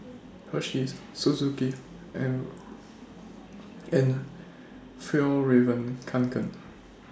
Hersheys Suzuki and and Fjallraven Kanken